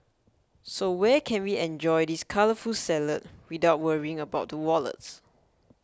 so where can we enjoy this colourful salad without worrying about the wallets